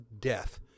death